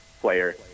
player